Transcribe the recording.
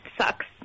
sucks